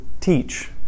teach